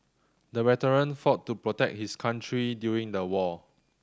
the veteran fought to protect his country during the war